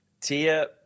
Tia